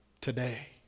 today